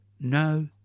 no